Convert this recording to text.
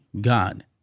God